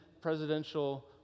presidential